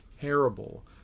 terrible